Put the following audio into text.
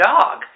dog